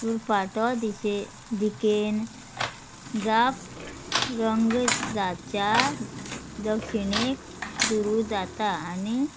उरफाटो दिशे दिकेन जाप रंग जाच्या दक्षिणेक सुरू जाता आनी